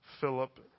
Philip